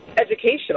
educational